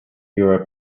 your